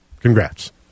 Congrats